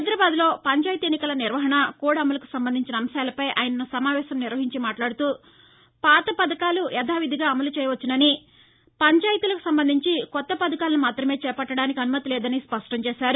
హైదరాబాద్లో పంచాయతీ ఎన్నికల నిర్వహణ కోడ్ అమలుకు సంబంధించిన అంశాలపై ఆయన సమావేశం నిర్వహించి మాట్లాడుతూ పాత పథకాల యధావిధిగా అమలు చేయవచ్చని పంచాయతీలకు సంబందించి కొత్త పథకాలను మాతం చేపట్టదానికి అనుమతి లేదని స్పష్టం చేశారు